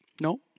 No